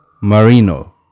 Marino